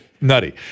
nutty